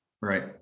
Right